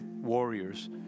warriors